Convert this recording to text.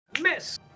Miss